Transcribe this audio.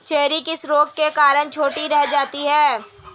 Cherry किस रोग के कारण छोटी रह जाती है?